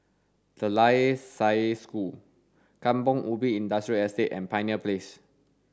De La Salle School Kampong Ubi Industrial Estate and Pioneer Place